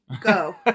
Go